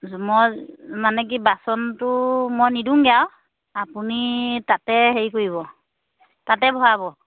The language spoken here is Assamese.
মই মানে কি বাচনটো মই নিদিওগৈ আৰু আপুনি তাতে হেৰি কৰিব তাতে ভৰাব